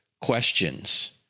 questions